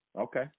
Okay